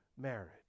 marriage